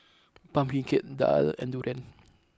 Pumpkin Cake Daal and Durian